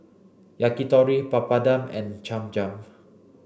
Yakitori Papadum and Cham Cham